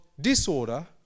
disorder